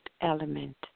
element